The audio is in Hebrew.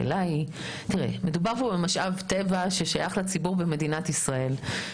מדובר במשאב טבע ששייך לציבור הישראלי,